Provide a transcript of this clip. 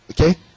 Okay